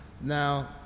Now